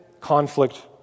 conflict